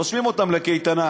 רושמים אותם לקייטנה.